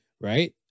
Right